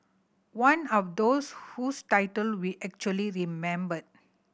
one of those whose title we actually remembered